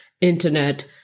internet